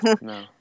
No